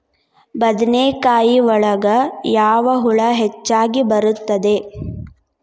ಬದನೆಕಾಯಿ ಒಳಗೆ ಯಾವ ಹುಳ ಹೆಚ್ಚಾಗಿ ಬರುತ್ತದೆ?